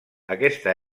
aquesta